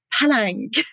palang